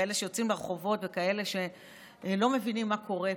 כאלה שיוצאים לרחובות וכאלה שלא מבינים מה קורה פה,